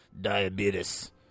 diabetes